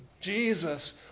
Jesus